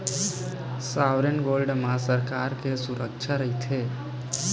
sovereign gold म सरकार के सुरक्छा रहिथे